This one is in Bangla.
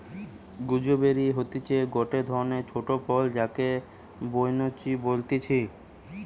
গুজবেরি হতিছে গটে ধরণের ছোট ফল যাকে বৈনচি বলতিছে